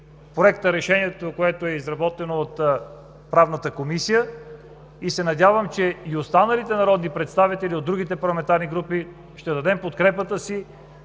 Проекторешението, което е изработено от Правната комисия, и се надявам, че и останалите народни представители от другите парламентарни групи ще дадат подкрепата си,